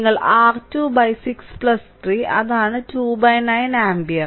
നിങ്ങൾ R2 6 3 അതാണ് 29 ampere